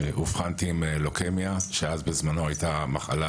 אובחנתי עם לוקמיה שאז בזמנו הייתה מחלה